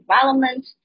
development